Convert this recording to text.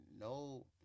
no